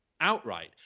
outright